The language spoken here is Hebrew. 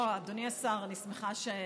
אוה, אדוני השר, אני שמחה שנכנסת.